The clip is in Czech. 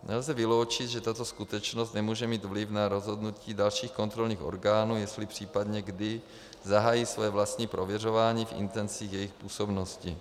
Nelze vyloučit, že tato skutečnost nemůže mít vliv na rozhodnutí dalších kontrolních orgánů, jestli a případně kdy zahájí své vlastní prověřování v intencích jejich působnosti.